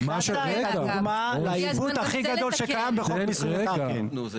זו דוגמא לעיוות הכי גדול שקיים בחוק מיסוי מקרקעין.